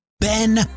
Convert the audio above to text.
Ben